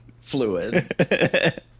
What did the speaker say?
Fluid